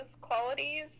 qualities